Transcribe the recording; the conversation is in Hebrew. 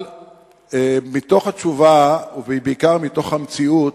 אבל מתוך התשובה, ובעיקר מתוך המציאות,